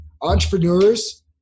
entrepreneurs